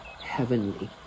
Heavenly